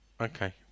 Okay